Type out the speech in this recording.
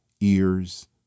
ears